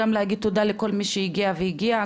גם להגיד תודה לכל מי שהגיע והגיעה,